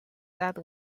that